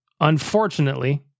unfortunately